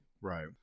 Right